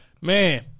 Man